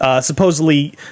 supposedly